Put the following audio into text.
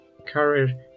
career